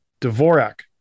Dvorak